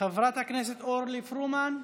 חברת הכנסת אורלי פרומן.